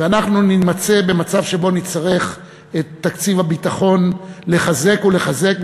ואנחנו נימצא במצב שבו נצטרך את תקציב הביטחון לחזק ולחזק,